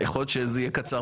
יכול להיות שזה יהיה קצר מאוד.